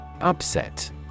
Upset